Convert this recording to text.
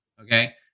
okay